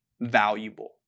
valuable